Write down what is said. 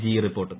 G report